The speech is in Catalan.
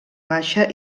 baixa